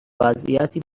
وضعیتی